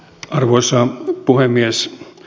arvoisa puhemies